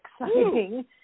exciting